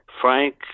Frank